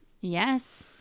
Yes